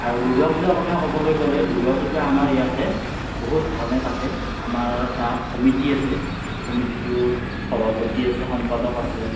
আৰু দুৰ্গা পূজাৰ কথা ক'বলৈ গ'লে দুৰ্গা পূজা আমাৰ ইয়াতে বহুত ধৰণে পাতে আমাৰ তাৰ কমিতি আছে কমিতিটোত সভাপতি আছে সম্পাদক আছে